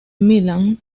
midland